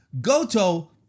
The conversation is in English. Goto